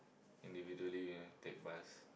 individually we take bus